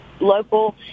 local